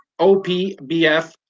OPBF